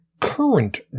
current